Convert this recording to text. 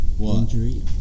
Injury